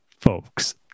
folks